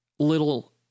little